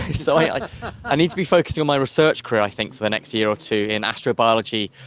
so i i need to be focusing on my research career i think for the next year or two, in astrobiology,